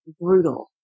brutal